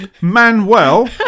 Manuel